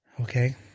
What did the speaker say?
Okay